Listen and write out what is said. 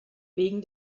wegen